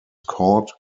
caught